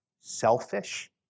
selfish